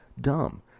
DUMB